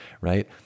right